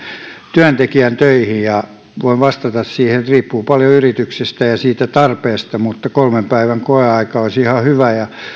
työntekijän töihin voin vastata siihen että riippuu paljon yrityksestä ja siitä tarpeesta mutta kolmen päivän koeaika olisi ihan hyvä ja